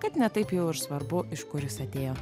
kad ne taip jau ir svarbu iš kur jis atėjo